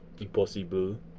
Impossible